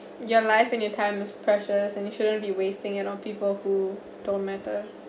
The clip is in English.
your life and your time's precious and you shouldn't be wasting it on people who don't matter